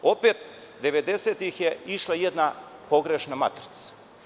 Opet, devedesetih je išla jedna pogrešna matrica.